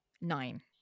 Nine